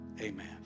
amen